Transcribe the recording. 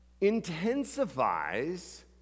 intensifies